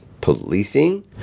policing